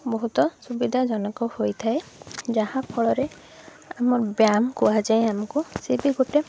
ବହୁତ ସୁବିଧାଜନକ ହୋଇଥାଏ ଯାହା ଫଳରେ ଆମ ବାୟାମ୍ କୁହାଯାଏ ଆମକୁ ସେଇଠି ଗୋଟେ